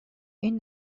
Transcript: این